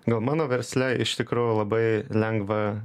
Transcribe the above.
gal mano versle iš tikrųjų labai lengva